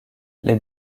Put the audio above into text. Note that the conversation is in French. les